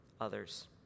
others